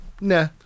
Nah